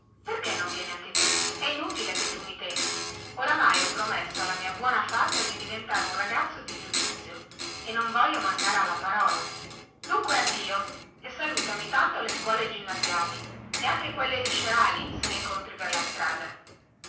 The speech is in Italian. perché non vieni anche tu è inutile che tu mi tenti oramai ho promesso alla mia buona fata di diventare un ragazzo di giudizio e non voglio mancare alla parola dunque addio e salutami tanto le scuole ginnasiali e anche quelle liceali se le incontri per la strada